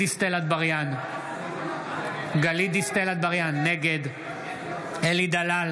גלית דיסטל אטבריאן, נגד אלי דלל,